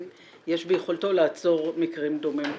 יש ביכולתו לעצור מקרים דומים כאלה.